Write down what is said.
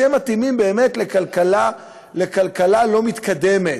שמתאימים באמת לכלכלה לא מתקדמת,